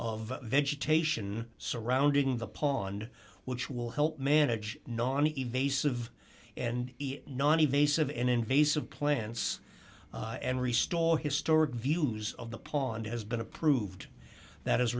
of vegetation surrounding the pond which will help manage non evasive and noninvasive and invasive plants and restore historic views of the pond has been approved that